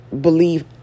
believe